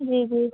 जी जी